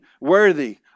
worthy